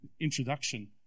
introduction